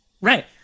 Right